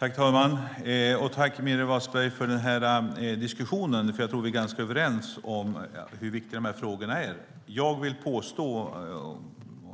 Herr talman! Jag tackar Meeri Wasberg för diskussionen. Jag tror att vi är ganska överens om hur viktiga dessa frågor är. Jag